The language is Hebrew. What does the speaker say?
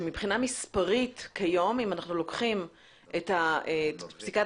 שמבחינה מספרית כיום אם לוקחים את פסיקת